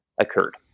occurred